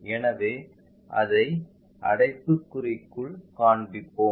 எனவே அதை அடைப்புக்குறிக்குள் காண்பிப்போம்